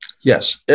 Yes